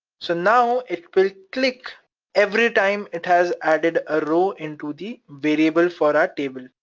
so now, it will click every time it has added a row into the variable for our table.